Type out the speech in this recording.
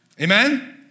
Amen